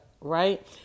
right